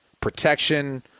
Protection